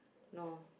no